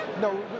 No